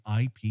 IP